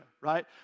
right